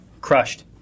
Crushed